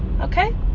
okay